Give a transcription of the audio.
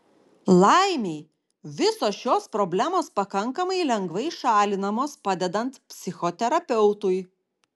laimei visos šios problemos pakankamai lengvai šalinamos padedant psichoterapeutui